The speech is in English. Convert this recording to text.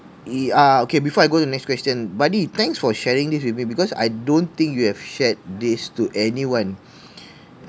ye~ ah okay before I go to the next question buddy thanks for sharing this with me because I don't think you have shared this to anyone